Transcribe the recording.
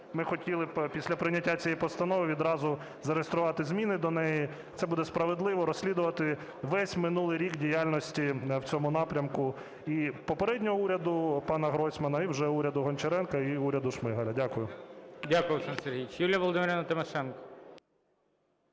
Ми хотіли б після прийняття цієї постанови відразу зареєструвати зміни до неї. Це буде справедливо розслідувати весь минулий рік діяльності в цьому напрямку і попереднього уряду пана Гройсмана, і вже уряду Гончаренка, і уряду Шмигаля. Дякую. ГОЛОВУЮЧИЙ. Дякую, Олександр Сергійович. Юлія Володимирівна Тимошенко.